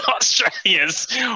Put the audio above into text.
Australians